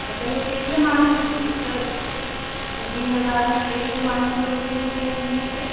त त हे केतिरे माण्हुन जी बि त त ॿी हज़ार में केतिरे माण्हुनि जी रोटी मिली वेंदी मूंखे